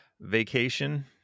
vacation